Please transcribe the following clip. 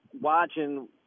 watching